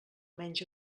menys